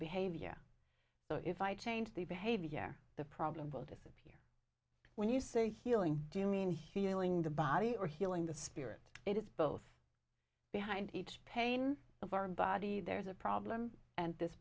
behavior so if i change the behavior the problem will disappear when you say healing do you mean healing the body or healing the spirit it is both behind each pane of our body there's a problem and this